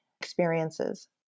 experiences